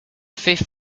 fifth